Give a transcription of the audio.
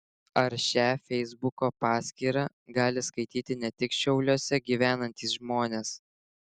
ar šią feisbuko paskyrą gali skaityti ne tik šiauliuose gyvenantys žmonės